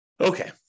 okay